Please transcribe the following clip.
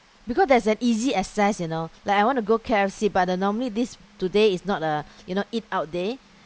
because there's an easy access you know like I want to go K_F_C but the normally this today is not a you know eat out day